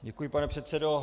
Děkuji, pane předsedo.